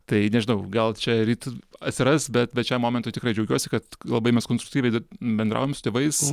tai nežinau gal čia ryt atsiras bet bet šiam momentui tikrai džiaugiuosi kad labai mes konstruktyviai bendraujam su tėvais